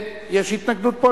יש פה התנגדות?